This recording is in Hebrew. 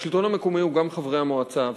השלטון המקומי הוא גם חברי המועצה,